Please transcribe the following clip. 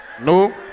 No